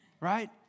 right